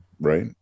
right